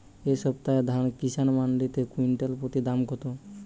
এই সপ্তাহে ধান কিষান মন্ডিতে কুইন্টাল প্রতি দাম কত?